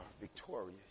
victorious